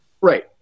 Right